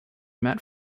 met